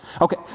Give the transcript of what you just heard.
Okay